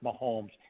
Mahomes